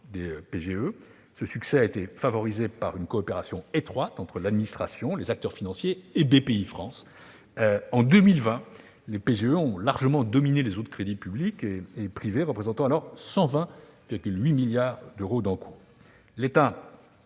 des PGE. Ce succès a été favorisé par la coopération étroite entre l'administration, les acteurs financiers et Bpifrance. En 2020, les PGE ont largement dominé les autres crédits publics et privés, représentant alors 120,8 milliards d'euros d'encours. L'État